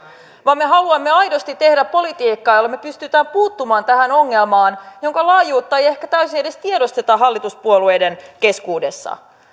vaan me haluamme aidosti tehdä politiikkaa jolla me pystymme puuttumaan tähän ongelmaan jonka laajuutta ei ehkä täysin edes tiedosteta hallituspuolueiden keskuudessa